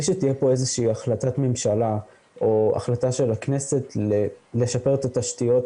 שתהיה פה איזה שהיא החלטת ממשלה או החלטה של הכנסת לשפר את התשתיות